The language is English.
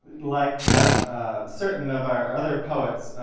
like certain of our other poets,